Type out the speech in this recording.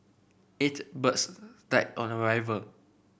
eight birds died on arrival